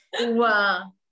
Wow